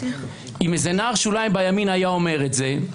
אם איזה נער שוליים בימין היה אומר את זה,